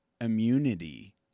immunity